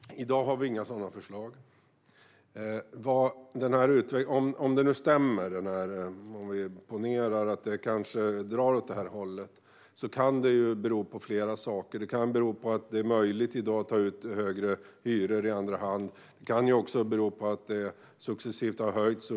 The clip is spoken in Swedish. Herr talman! I dag har vi inga sådana förslag. Om detta nu stämmer, om vi ponerar att det kanske drar åt det här hållet, kan det ju bero på flera saker. Det kan bero på att det i dag är möjligt att ta ut högre hyror i andra hand. Det kan också bero på successiva höjningar.